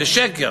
זה שקר.